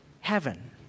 heaven